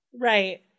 Right